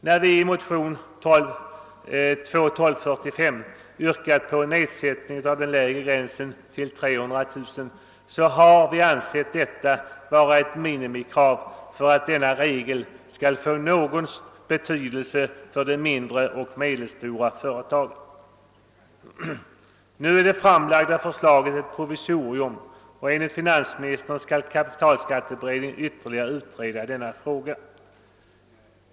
När vi i det motionspar jag nämnde yrkat på en nedsättning av den lägre gränsen till 300 000 kr. har vi ansett detta vara ett minimikrav för att denna regel skall få någon betydelse för de mindre och medelstora företagen. Nu är det framlagda förslaget ett provisorium, och enligt finansministern skall kapitalskatteberedningen ytterligare utreda denna fråga.